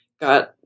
got